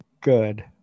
Good